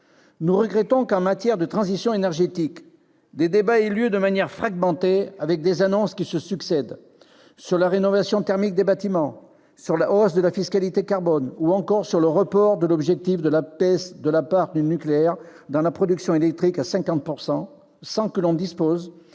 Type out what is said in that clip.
Nous regrettons qu'en matière de transition énergétique, des débats aient lieu de manière fragmentée, avec des annonces qui se succèdent sur la rénovation thermique des bâtiments, sur la hausse de la fiscalité carbone ou encore sur le report de l'objectif de baisse de la part du nucléaire dans la production électrique à 50 %, sans que l'on dispose d'une vision